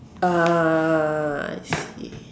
ah I see